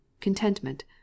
contentment